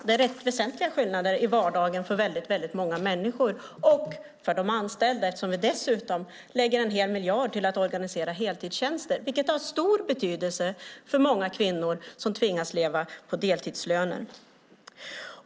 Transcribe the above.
Det är rätt väsentliga skillnader i vardagen för väldigt många människor, och för de anställda eftersom vi dessutom lägger en hel miljard till att organisera heltidstjänster, vilket har stor betydelse för många kvinnor som tvingas leva på deltidslöner.